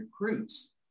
recruits